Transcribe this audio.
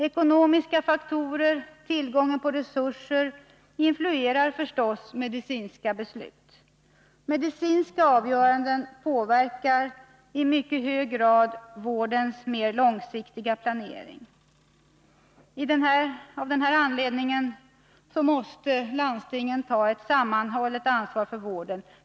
Ekonomiska faktorer som tillgången på resurser influerar förstås medicinska beslut. Medicinska avgöranden påverkar i mycket hög grad vårdens mera långsiktiga planering. Av den anledningen måste landstingen ha ett sammanhållet ansvar för vården.